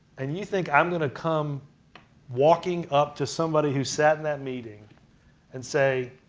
and you think i'm going to come walking up to somebody who sat in that meeting and say,